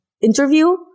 interview